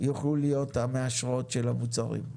יוכלו להיות המאשרות של המוצרים.